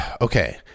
Okay